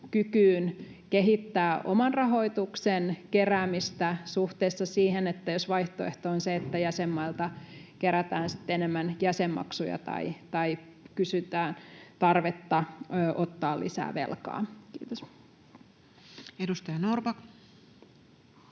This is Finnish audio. kykyyn kehittää oman rahoituksen keräämistä suhteessa siihen, jos vaihtoehto on se, että jäsenmailta kerätään enemmän jäsenmaksuja tai kysytään tarvetta ottaa lisää velkaa. — Kiitos. [Speech 639]